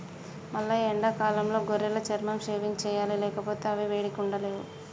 మల్లయ్య ఎండాకాలంలో గొర్రెల చర్మం షేవింగ్ సెయ్యాలి లేకపోతే అవి వేడికి ఉండలేవు